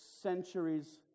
centuries